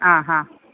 ആ ഹാ